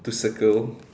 to circle